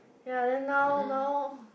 ya then now now